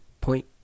Point